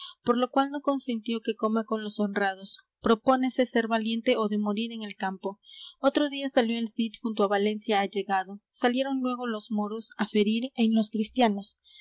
por lo cual no consintió que coma con los honrados propónese ser valiente ó de morir en el campo otro día salió el cid junto á valencia ha llegado salieron luégo los moros á ferir en los cristianos